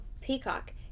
Peacock